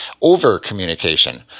over-communication